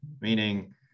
meaning